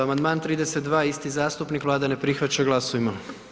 Amandman 32, isti zastupnik, Vlada ne prihvaća, glasujmo.